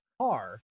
car